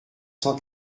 cent